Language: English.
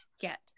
get